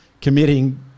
committing